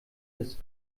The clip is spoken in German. das